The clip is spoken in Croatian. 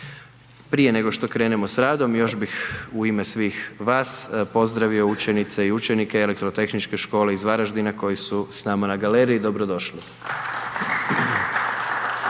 Prije nego što krenemo s radom, još bih u ime svih vas pozdravio učenice i učenike Elektrotehničke škole iz Varaždina koji su s nama na galeriji, dobrodošli.